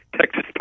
Texas